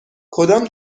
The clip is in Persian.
کدام